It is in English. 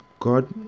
God